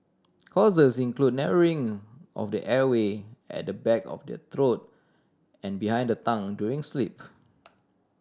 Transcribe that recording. causes include narrowing of the airway at the back of the throat and behind the tongue during sleep